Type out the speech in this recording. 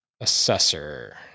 Assessor